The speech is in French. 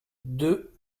deux